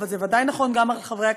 אבל זה ודאי נכון גם על חברי הכנסת.